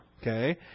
okay